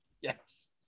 Yes